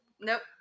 Nope